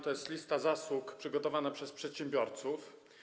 To jest lista zasług przygotowana przez przedsiębiorców.